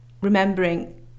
remembering